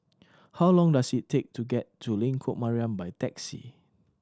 how long does it take to get to Lengkok Mariam by taxi